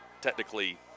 technically